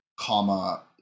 comma